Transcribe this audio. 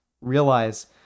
realize